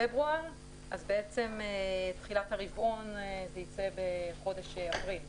פברואר, אז בעצם תחילת הרבעון ייצא בחודש אפריל,